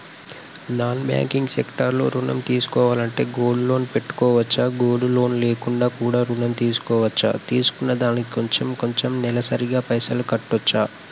Non banking sector లో ఋణం తీసుకోవాలంటే గోల్డ్ లోన్ పెట్టుకోవచ్చా? గోల్డ్ లోన్ లేకుండా కూడా ఋణం తీసుకోవచ్చా? తీసుకున్న దానికి కొంచెం కొంచెం నెలసరి గా పైసలు కట్టొచ్చా?